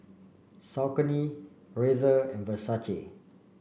Saucony Razer and Versace